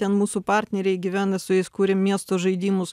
ten mūsų partneriai gyvena su jais kuriam miesto žaidimus